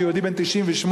הוא יהודי בן 98,